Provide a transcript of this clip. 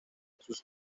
sus